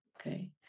okay